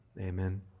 amen